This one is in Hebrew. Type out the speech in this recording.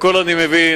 הכול אני מבין,